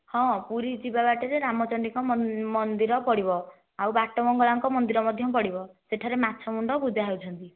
ହଁ ପୁରୀ ଯିବା ବାଟରେ ରାମଚଣ୍ଡୀଙ୍କ ମନ୍ଦିର ପଡ଼ିବ ଆଉ ବାଟ ମଙ୍ଗଳାଙ୍କ ମନ୍ଦିର ମଧ୍ୟ ପଡ଼ିବ ସେହିଠାରେ ମାଛ ମୁଣ୍ଡ ପୂଜା ହେଉଛନ୍ତି